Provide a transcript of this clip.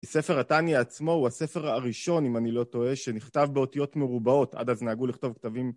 ספר התניא עצמו הוא הספר הראשון, אם אני לא טועה, שנכתב באותיות מרובעות, עד אז נהגו לכתוב כתבים.